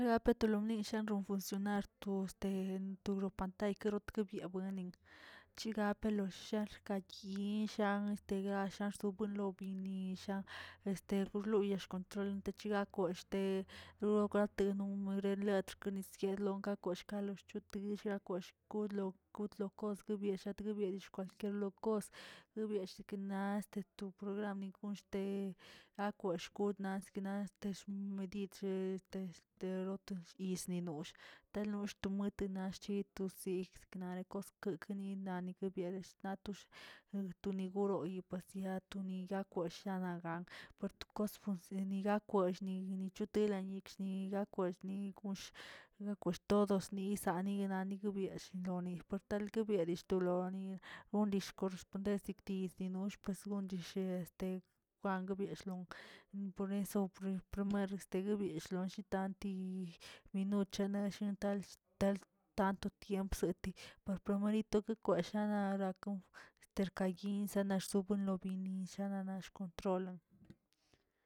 Apetinilnisha buen funcionar to tero pantay yeebueling che gape lo sal gat yishan yegarsan sobolobi nishaa este gorloya shante shante ka gok che este, noro grate no male xkwnise longa koshga lo xchote llia kwesh kush lo kud lo kos guebieꞌ shatgui biesh ke lo kos, le biashikna este to program koshte akwe kosh sikna xmedid este de rote yizn' noshl de loll te moto naꞌ zi to snish nare koskikꞌn nani kebiere natush, ene goroygm pues ma ya toni yakwesh gana gan por to kos funcione gak wellꞌ niyini wtila yekshni gakwesh ni gush, na kwesh todos nisa nina nikwe biashiloni, por tal ke biaꞌ dillꞌ to lon' un discurs' ponte sekdi nonosh ondille este kwian guebialollꞌ, por eso pre regué bistegui byeshno shi tanti minuchane shi tal- shtal tanto tiempxeti' por primerito ke kweshnahs narakon erkayin sanasun enlobini sha shanall kontrolon.